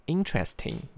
Interesting，